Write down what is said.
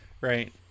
right